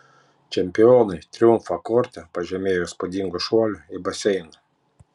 čempionai triumfą korte pažymėjo įspūdingu šuoliu į baseiną